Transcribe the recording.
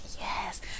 Yes